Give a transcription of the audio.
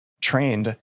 trained